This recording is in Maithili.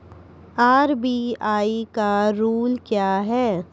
आर.बी.आई का रुल क्या हैं?